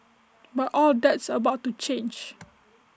but all that's about to change